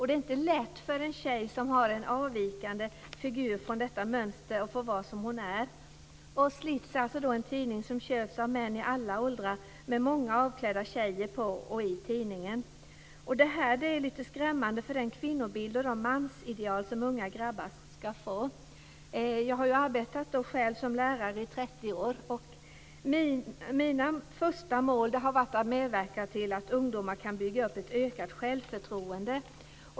Det är inte lätt för en tjej som har en figur som avviker från detta mönster att få vara som hon är. Slitz är alltså en tidning som köps av män i alla åldrar, med många avklädda tjejer på och i tidningen. Det här är lite skrämmande med tanke på den kvinnobild och de mansideal som unga grabbar ska få. Jag har själv arbetat som lärare i 30 år. Mina första mål har varit att medverka till att ungdomar kan bygga upp ett ökat självförtroende.